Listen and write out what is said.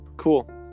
Cool